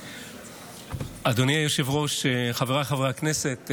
אדוני היושב-ראש, חבריי חברי הכנסת,